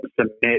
submit